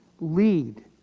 Lead